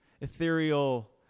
ethereal